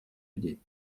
людей